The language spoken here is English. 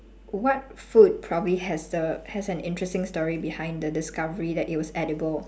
what food probably has the has an interesting story behind the discovery that it was edible